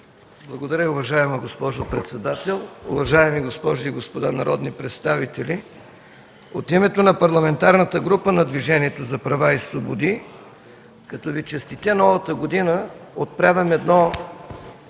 Благодаря, уважаема госпожо председател. Уважаеми госпожи и господа народни представители! От името на Парламентарната група на Движението за права и свободи, като Ви честитя Новата година, отправям едно